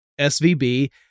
SVB